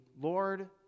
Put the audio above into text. Lord